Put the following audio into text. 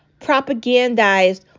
propagandized